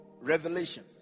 revelation